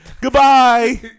goodbye